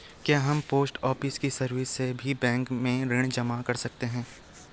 क्या हम post office की सर्विस से भी बैंक में ऋण राशि जमा कर सकते हैं?